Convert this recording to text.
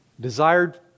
Desired